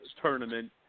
tournament